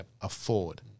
afford